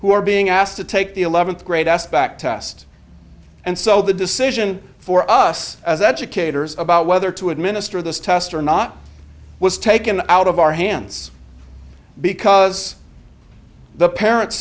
who are being asked to take the eleventh grade asked back test and so the decision for us as educators about whether to administer this test or not was taken out of our hands because the parents